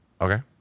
okay